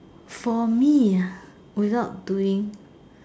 for me without doing